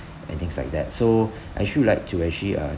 and things like that so I actually would like to actually uh